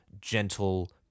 gentle